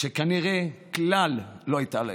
שכנראה כלל לא הייתה להם,